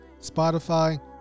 Spotify